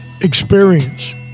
experience